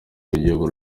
rw’igihugu